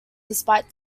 despite